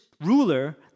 ruler